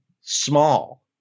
small